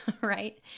right